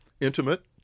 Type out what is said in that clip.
intimate